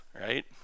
Right